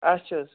اچھا حظ